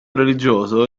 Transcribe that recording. religioso